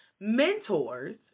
Mentors